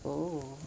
oh